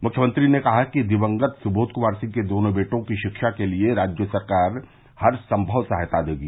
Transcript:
मुख्यमंत्री ने कहा कि दिवंगत सुबोध क्मार के दोनों बेटों की शिक्षा के लिए राज्य सरकार हर संभव सहायता देगी